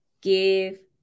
give